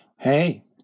Hey